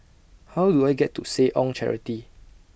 How Do I get to Seh Ong Charity